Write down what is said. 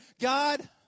God